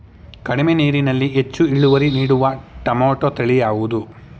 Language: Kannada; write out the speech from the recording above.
ಕಡಿಮೆ ನೀರಿನಲ್ಲಿ ಹೆಚ್ಚು ಇಳುವರಿ ನೀಡುವ ಟೊಮ್ಯಾಟೋ ತಳಿ ಯಾವುದು?